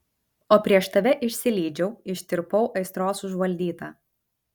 o prieš tave išsilydžiau ištirpau aistros užvaldyta